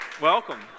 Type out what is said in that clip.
Welcome